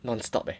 nonstop eh